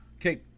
Okay